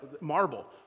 marble